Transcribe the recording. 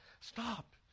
stop